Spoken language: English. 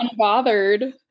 unbothered